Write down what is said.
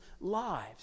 lives